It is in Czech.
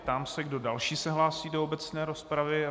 Ptám se, kdo další se hlásí do obecné rozpravy.